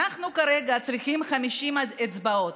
אנחנו כרגע צריכים 50 אצבעות,